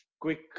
quick